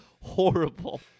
horrible